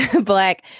black